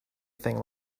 thing